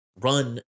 Run